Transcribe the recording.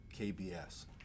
kbs